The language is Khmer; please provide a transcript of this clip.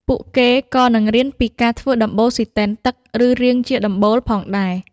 ពួកគេក៏នឹងរៀនពីការធ្វើដំបូលស៊ីទែនទឹកឬរាងជាដំបូលផងដែរ។